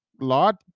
lot